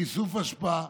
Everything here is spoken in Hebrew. באיסוף אשפה,